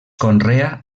conrea